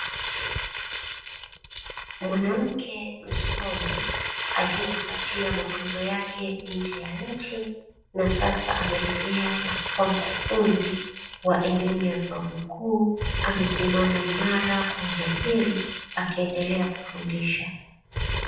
Mwanamke msomi aliyejopatia mafunzo yake nje ya nchi, na sasa amerejea na kuwa mkufunzi wa elimu ya vyuo vikuu, amesimama imara kwa ujasiri akiendelea kufundisha.